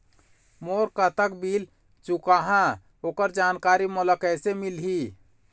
मोर कतक बिल चुकाहां ओकर जानकारी मोला कैसे मिलही?